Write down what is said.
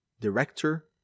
director